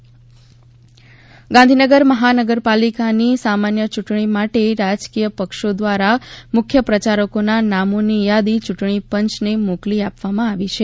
ગાંધીનગર મહાનગરપાલિકા ગાંધીનગર મહાનગરપાલિકાની સામાન્ય ચૂંટણી માટે રાજકીય પક્ષો દ્વારા મુખ્ય પ્રયારકોના નામની યાદી યૂંટણી પંચને મોકલી આપવામાં આવી છે